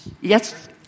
yes